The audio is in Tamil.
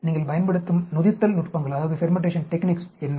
நீங்கள் பயன்படுத்தும் நொதித்தல் நுட்பங்கள் என்ன